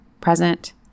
present